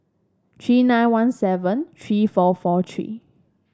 three nine one seven three four four three